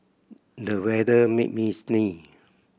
the weather made me sneeze